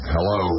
Hello